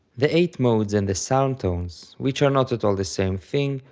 the eight modes and the psalm tones, which are not at all the same thing,